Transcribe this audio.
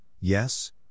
Yes